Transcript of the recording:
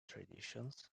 traditions